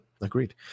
Agreed